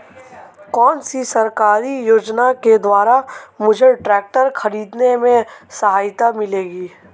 कौनसी सरकारी योजना के द्वारा मुझे ट्रैक्टर खरीदने में सहायता मिलेगी?